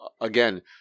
again